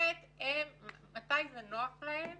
מתי שנוח להם